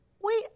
wait